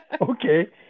Okay